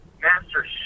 Master